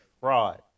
fraud